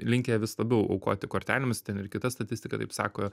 linkę vis labiau aukoti kortelėmis ten ir kita statistika taip sako